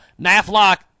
Naflock